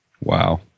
Wow